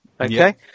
Okay